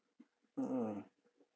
mm mm